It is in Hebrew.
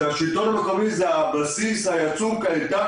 השלטון המקומי הוא הבסיס היצוק האיתן